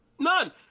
none